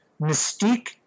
mystique